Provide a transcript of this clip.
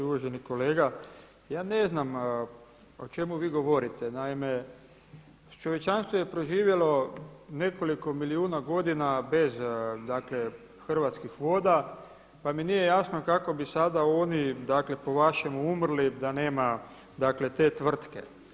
Uvaženi kolega, ja ne znam o čemu vi govorite, naime, čovječanstvo je proživjelo nekoliko milijuna godina bez dakle Hrvatskih voda pa mi nije jasno kako bi sada oni dakle po vašem umrli da nema dakle te tvrtke.